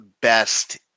best